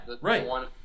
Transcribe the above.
right